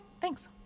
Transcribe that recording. thanks